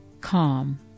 calm